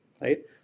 right